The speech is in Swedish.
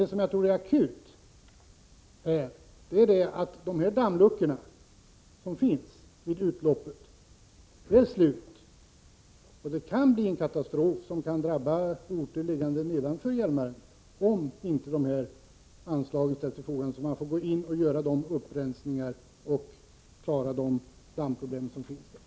Det som är akut är att dammluckorna vid utloppet är utslitna och att det kan bli en katastrof som kan drabba orter liggande nedanför Hjälmaren om inte anslag ställs till förfogande, så att man kan göra de upprensningar som behövs och klara de dammproblem som föreligger.